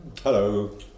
Hello